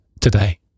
today